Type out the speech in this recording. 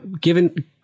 given